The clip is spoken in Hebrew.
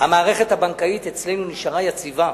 המערכת הבנקאית אצלנו נשארה יציבה.